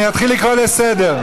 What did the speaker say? אני אתחיל לקרוא לסדר.